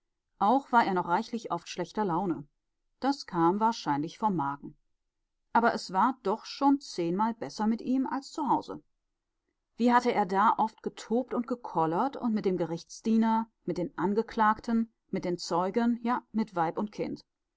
auch war er noch reichlich oft schlechter laune das kam wahrscheinlich vom magen aber es war doch schon zehnmal besser mit ihm als zu hause wie hatte er da oft getobt und gekollert mit dem gerichtsdiener mit den angeklagten mit den zeugen ja mit weib und kind